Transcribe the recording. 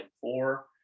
four